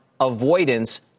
avoidance